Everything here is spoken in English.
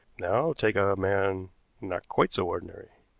now take a man not quite so ordinary.